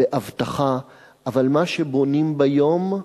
באבטחה, אבל מה שבונים ביום,